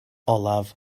olaf